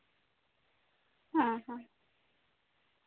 ᱦᱮᱸ ᱦᱮᱸ